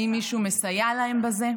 האם מישהו מסייע להם בזה?